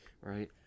right